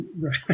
Right